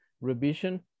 revision